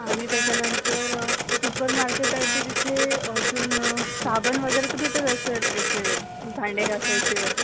आणि त्याच्यानंतर सुपरमार्केट आहे तर तिथे अजून साबण वगैरे तर भेटत असेल याचे भांडे घासायचे वगैरे